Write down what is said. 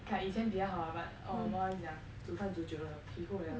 okay lah 以前比较好 lah but 我妈妈讲煮饭煮久了皮厚 liao